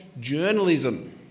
journalism